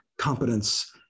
competence